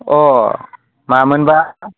अ मामोनबा